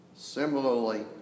Similarly